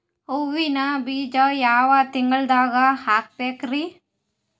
ಹೂವಿನ ಬೀಜ ಯಾವ ತಿಂಗಳ್ದಾಗ್ ಹಾಕ್ಬೇಕರಿ?